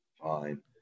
fine